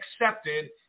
accepted